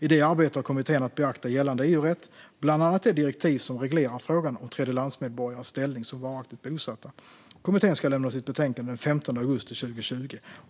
I det arbetet har kommittén att beakta gällande EU-rätt, bland annat det direktiv som reglerar frågan om tredjelandsmedborgares ställning som varaktigt bosatta. Kommittén ska lämna sitt betänkande den 15 augusti 2020.